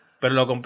pero